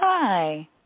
Hi